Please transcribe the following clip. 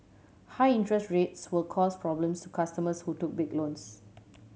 high interest rate will cause problems to customers who took big loans